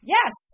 Yes